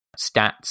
stats